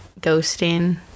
ghosting